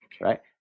right